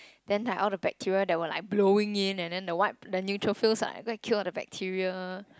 then like all the bacteria that were like blowing in and then the what the neutrophils go and kill all the bacteria